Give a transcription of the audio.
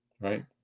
right